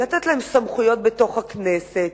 לתת להם סמכויות בתוך הכנסת,